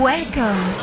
Welcome